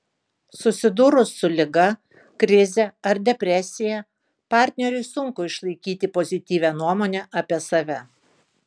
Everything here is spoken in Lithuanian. susidūrus su liga krize ar depresija partneriui sunku išlaikyti pozityvią nuomonę apie save